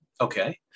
Okay